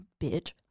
bitch